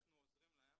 ואנחנו עוזרים להם.